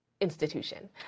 institution